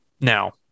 Now